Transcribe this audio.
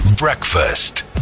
Breakfast